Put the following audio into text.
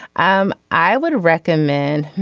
um i would recommend.